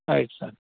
ಆಯ್ತು ಸರ್